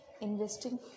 investing